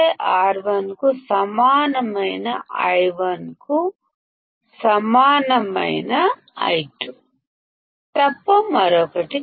ఏదైతే I1 కు సమానము ఏదైతే V1 R1 కు సమానము